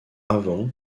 avant